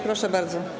Proszę bardzo.